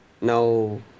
No